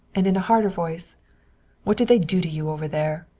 and in a harder voice what did they do to you over there?